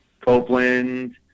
Copeland